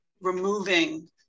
removing